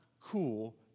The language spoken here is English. cool